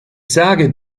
sage